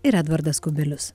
ir edvardas kubilius